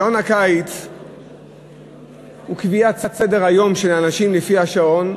שעון הקיץ הוא קביעת סדר-היום של האנשים לפי השעון.